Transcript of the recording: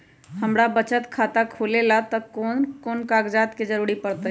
हमरा बचत खाता खुलावेला है त ए में कौन कौन कागजात के जरूरी परतई?